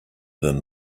than